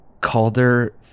Calder